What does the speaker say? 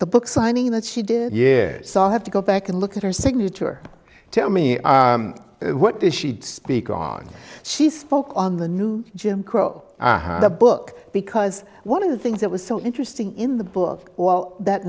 the book signing that she did years saw have to go back and look at her signature tell me what does she speak on she spoke on the new jim crow the book because one of the things that was so interesting in the book well that